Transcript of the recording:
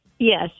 Yes